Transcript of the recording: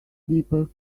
deeper